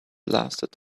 lasted